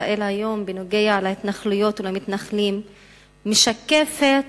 ישראל היום בנוגע להתנחלויות ולמתנחלים משקפת